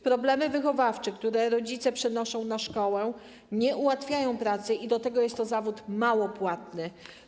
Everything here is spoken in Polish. Problemy wychowawcze, które rodzice przenoszą na szkołę, nie ułatwiają pracy, i do tego jest to zawód mało płatny.